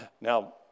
Now